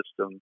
system